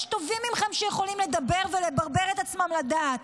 יש טובים מכם, שיכולים לדבר ולברבר את עצמם לדעת.